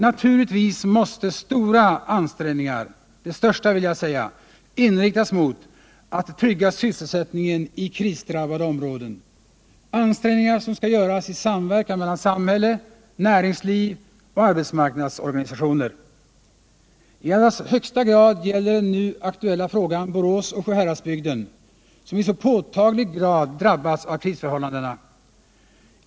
Naturligtvis måste stora ansträngningar — jag vill säga de största — inriktas på att trygga sysselsättningen i krisdrabbade områden, ansträngningar som skall göras i samverkan mellan samhälle, näringsliv och arbetsmarkandsorganisationer. I allra högsta grad gäller den nu aktuella frågan Boråsoch Sjuhäradsbygden, som i så påtaglig grad drabbats av krisförhållandena.